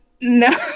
no